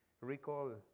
Recall